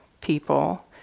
people